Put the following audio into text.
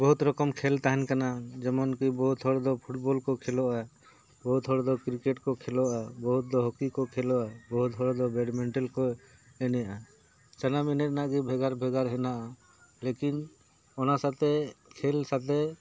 ᱵᱚᱦᱩᱛ ᱨᱚᱠᱚᱢ ᱠᱷᱮᱞ ᱛᱟᱦᱮᱱ ᱠᱟᱱᱟ ᱡᱮᱢᱚᱱ ᱠᱤ ᱵᱚᱦᱩᱛ ᱦᱚᱲ ᱫᱚ ᱯᱷᱩᱴᱵᱚᱞ ᱠᱚ ᱠᱷᱮᱞᱳᱜᱼᱟ ᱵᱚᱦᱩᱛ ᱦᱚᱲ ᱫᱚ ᱠᱨᱤᱠᱮᱴ ᱠᱚ ᱠᱷᱮᱞᱳᱜᱼᱟ ᱵᱚᱦᱩᱛ ᱫᱚ ᱦᱚᱠᱤ ᱠᱚ ᱠᱷᱮᱞᱳᱜᱼᱟ ᱵᱚᱦᱩᱛ ᱦᱚᱲ ᱫᱚ ᱵᱮᱰᱢᱤᱱᱴᱚᱱ ᱠᱚ ᱮᱱᱮᱡᱼᱟ ᱥᱟᱱᱟᱢ ᱮᱱᱮᱡ ᱨᱮᱱᱟᱜ ᱜᱮ ᱵᱷᱮᱜᱟᱨ ᱵᱷᱮᱜᱟᱨ ᱦᱮᱱᱟᱜᱼᱟ ᱞᱮᱠᱤᱱ ᱚᱱᱟ ᱥᱟᱣᱛᱮ ᱠᱷᱮᱞ ᱥᱟᱣᱛᱮ